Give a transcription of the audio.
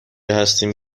هستیم